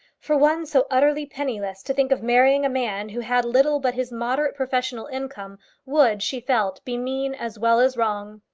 for one so utterly penniless to think of marrying a man who had little but his moderate professional income would, she felt, be mean as well as wrong.